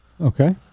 Okay